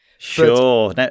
Sure